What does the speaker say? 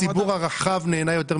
אמרת שהציבור הרחב נהנה יותר מהבנזין,